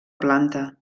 planta